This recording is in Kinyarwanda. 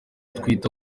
twita